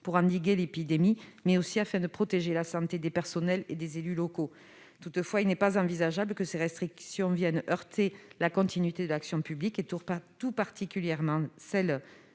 pour endiguer l'épidémie, mais aussi afin de protéger la santé des personnels et des élus locaux. Toutefois, il n'est pas envisageable que ces restrictions viennent heurter la continuité de l'action publique, tout particulièrement au